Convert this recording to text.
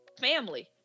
family